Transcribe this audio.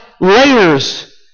layers